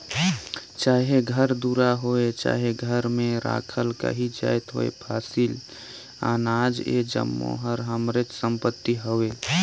चाहे घर दुरा होए चहे घर में राखल काहीं जाएत होए फसिल, अनाज ए जम्मो हर हमरेच संपत्ति हवे